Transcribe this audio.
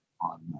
on